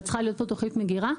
אבל צריכה להיות פה תוכנית מגירה,